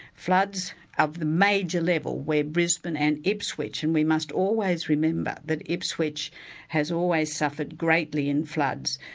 floods of major level where brisbane and ipswich and we must always remember that ipswich has always suffered greatly in floods,